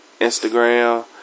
Instagram